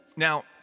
Now